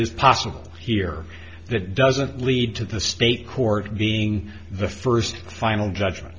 is possible here that doesn't lead to the state court being the first final judgment